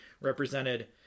represented